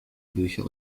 bücher